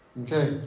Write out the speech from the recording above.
Okay